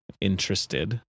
interested